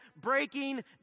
breaking